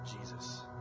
Jesus